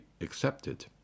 accepted